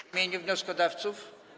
W imieniu wnioskodawców?